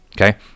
okay